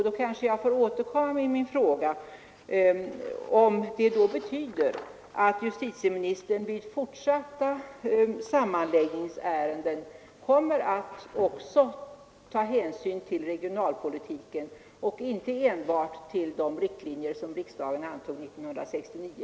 Då kanske jag får återkomma med min fråga om det betyder att justitieministern också när det gäller framtida sammanläggningsärenden kommer att ta hänsyn till regionalpolitiken och inte enbart till de riktlinjer som riksdagen antog 1969.